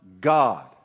God